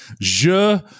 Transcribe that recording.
je